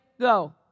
go